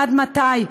עד מתי?